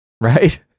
right